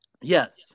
Yes